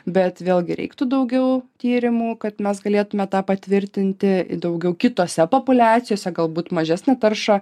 bet vėlgi reiktų daugiau tyrimų kad mes galėtume tą patvirtinti daugiau kitose populiacijose galbūt mažesnę taršą